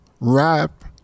rap